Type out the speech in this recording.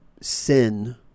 sin